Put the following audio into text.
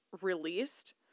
released